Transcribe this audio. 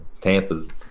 tampa's